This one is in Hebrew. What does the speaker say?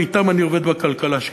ואתם אני עובד בכלכלה שלי,